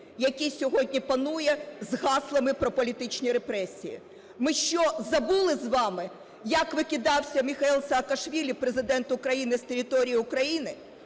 який сьогодні панує з гаслами про політичні репресії. Ми що, забули з вами, як викидався Міхеіл Саакашвілі Президентом України з території України,